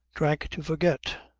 drank to forget.